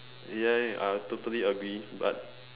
ya I totally agree but